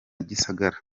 gisagara